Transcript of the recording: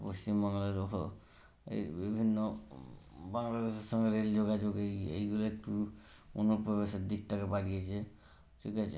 পশ্চিম বাংলারও এই বিভিন্ন বাংলাদেশের সঙ্গে রেল যোগাযোগ এই এইগুলো একটু অনুপ্রবেশের দিকটাকে বাড়িয়েছে ঠিক আছে